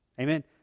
Amen